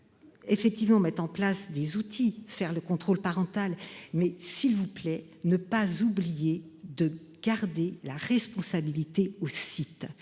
Effectivement mettre en place des outils faire le contrôle parental mais s'il vous plaît, ne pas oublier de garder la responsabilité au site.